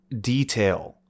detail